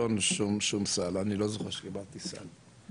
סגן שרת החינוך מאיר יצחק הלוי: